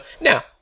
Now